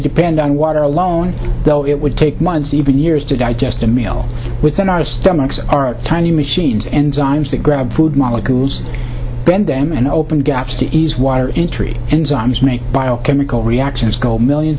depend on water alone though it would take months even years to digest a meal within our stomachs are a tiny machines enzymes that grab food molecules bend them and open gaps to ease water entry and zombies make bio chemical reactions go millions